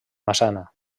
massana